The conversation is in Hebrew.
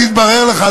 אבל אז התברר לך,